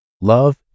love